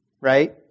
right